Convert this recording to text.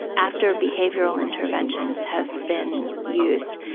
after behavioural interventions have been used.